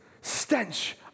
stench